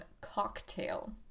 cocktail